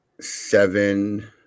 seven